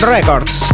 Records